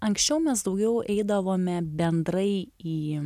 anksčiau mes daugiau eidavome bendrai į